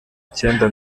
icyenda